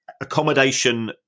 Accommodation